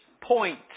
point